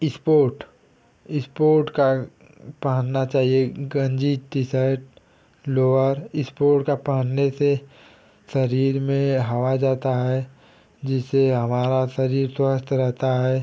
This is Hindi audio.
इस्पोर्ट इस्पोर्ट का पहनना चाहिए गन्जी टीशर्ट लोअर इस्पोर्ट का पहनने से शरीर में हवा जाती है जिससे हमारा शरीर स्वस्थ रहता है